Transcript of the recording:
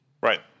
Right